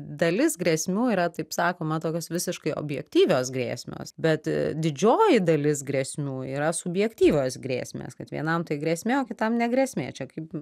dalis grėsmių yra taip sakoma tokios visiškai objektyvios grėsmės bet didžioji dalis grėsmių yra subjektyvios grėsmės kad vienam tai grėsmė o kitam ne grėsmė čia kaip